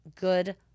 good